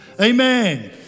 Amen